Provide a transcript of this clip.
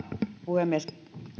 puhemies